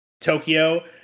Tokyo